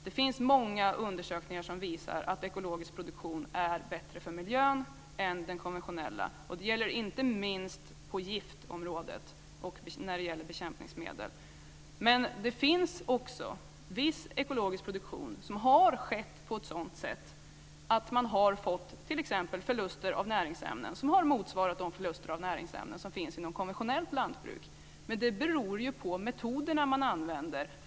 Det finns många undersökningar som visar att ekologisk produktion är bättre för miljön än den konventionella, och det gäller inte minst på giftområdet och beträffande bekämpningsmedel. Men det finns också viss ekologisk produktion som har tagits fram på så sätt att man har fått t.ex. förluster av näringsämnen som har motsvarat de förluster av näringsämnen som finns inom konventionellt lantbruk. Det beror dock på de metoder som man använder.